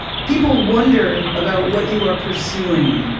people wonder about what you are pursuing.